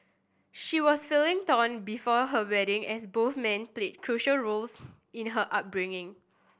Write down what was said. she was feeling torn before her wedding as both men played crucial roles in her upbringing